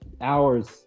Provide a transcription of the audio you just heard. hours